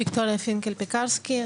ויקטוריה פינקל פקרסקי,